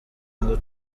ngo